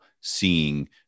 seeing